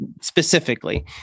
specifically